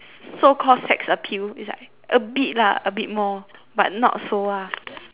so called sex appeal it's like a bit lah a bit more but not so lah